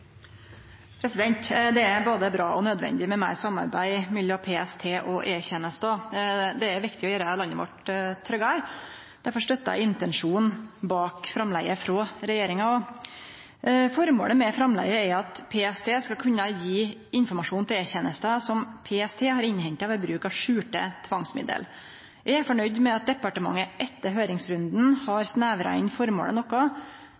den. Det er både bra og nødvendig med meir samarbeid mellom PST og E-tenesta. Det er viktig å gjere landet vårt tryggare. Derfor støttar eg intensjonen bak framlegget frå regjeringa. Formålet med framlegget er at PST skal kunne gje informasjon til E-tenesta som PST har innhenta ved bruk av skjulte tvangsmiddel. Eg er nøgd med at departementet etter høyringsrunden har snevra inn formålet noko.